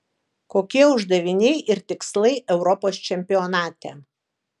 kokie uždaviniai ir tikslai europos čempionate